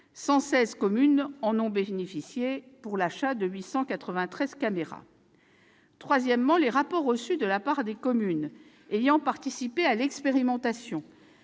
116 communes en ont bénéficié pour l'achat de 893 caméras. Troisièmement, les rapports reçus des communes ayant participé à l'expérimentation